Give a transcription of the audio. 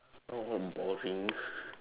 oh boring